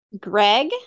Greg